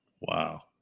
wow